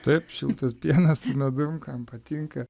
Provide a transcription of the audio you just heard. taip šiltas pienas su medum kam patinka